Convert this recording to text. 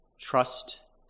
trust